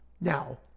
Now